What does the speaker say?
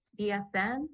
BSN